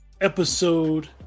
episode